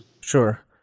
Sure